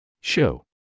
Show